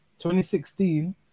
2016